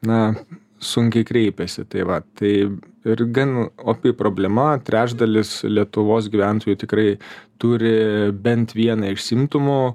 na sunkiai kreipiasi tai va tai ir gan opi problema trečdalis lietuvos gyventojų tikrai turi bent vieną iš simptomų